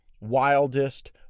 wildest